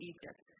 Egypt